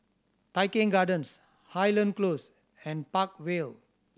Tai Keng Gardens Highland Close and Park Vale